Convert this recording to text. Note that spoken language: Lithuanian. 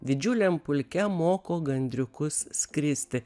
didžiuliam pulke moko gandriukus skristi